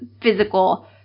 physical